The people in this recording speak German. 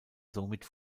somit